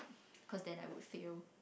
cause then I would fail